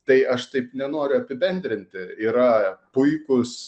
tai aš taip nenoriu apibendrinti yra puikūs